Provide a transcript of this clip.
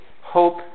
hope